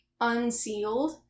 unsealed